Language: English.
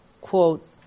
quote